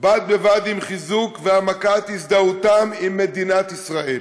בד בבד עם חיזוק והעמקה של הזדהותם עם מדינת ישראל,